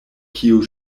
kiu